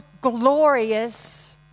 glorious